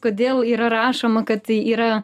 kodėl yra rašoma kad yra